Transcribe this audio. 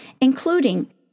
including